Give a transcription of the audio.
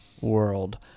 world